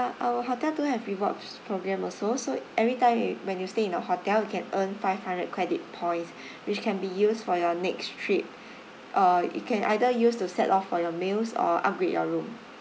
our hotel do have rewards program also so every time you when you stay in a hotel you can earn five hundred credit points which can be used for your next trip uh it can either use to set off for your meals or upgrade your room